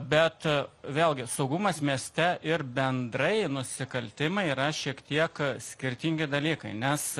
bet vėlgi saugumas mieste ir bendrai nusikaltimai yra šiek tiek skirtingi dalykai nes